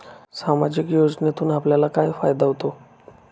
सामाजिक योजनेतून आपल्याला काय फायदा होतो?